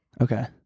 Okay